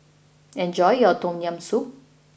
enjoy your Tom Yam Soup